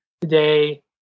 today